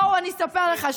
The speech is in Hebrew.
בואו אני אספר לכם,